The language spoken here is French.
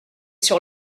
sur